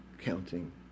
counting